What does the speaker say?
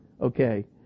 okay